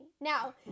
Now